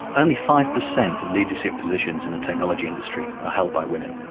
only five percent of leadership positions in the technology industry are held by women.